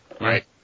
Right